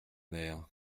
mère